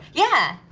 yeah,